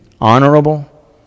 honorable